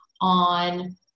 on